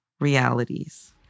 realities